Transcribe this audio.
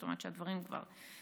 זאת אומרת, הדברים כבר קורים.